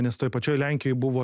nes toj pačioj lenkijoj buvo